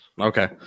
Okay